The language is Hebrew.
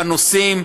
בנושאים.